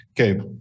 Okay